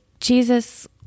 Jesus